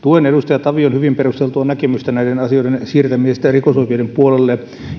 tuen edustaja tavion hyvin perusteltua näkemystä näiden asioiden siirtämisestä rikosoikeuden puolelle